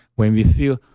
when we feel,